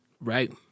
Right